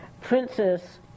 princess